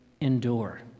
endure